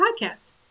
podcast